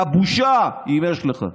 מהבושה, אם יש לך.